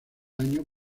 año